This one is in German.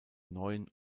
neuen